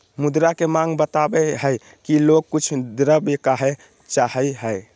मुद्रा के माँग बतवय हइ कि लोग कुछ द्रव्य काहे चाहइ हइ